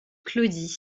claudie